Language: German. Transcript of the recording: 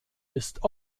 ist